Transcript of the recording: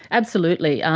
absolutely. um